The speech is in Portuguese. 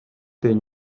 tem